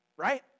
right